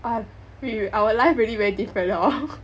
!wah! our life really very different hor